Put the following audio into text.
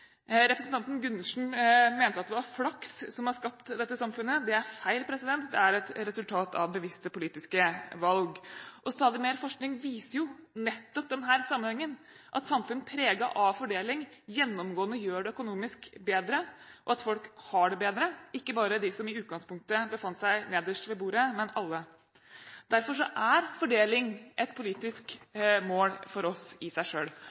Representanten Gundersen mente at det var flaks som hadde skapt dette samfunnet. Det er feil, det er et resultat av bevisste politiske valg. Stadig mer forskning viser jo nettopp denne sammenhengen – at samfunn preget av fordeling gjennomgående gjør det økonomisk bedre, og at folk har det bedre, ikke bare de som i utgangspunktet befant seg nederst ved bordet, men alle. Derfor er fordeling et politisk mål for oss i seg